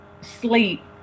Sleep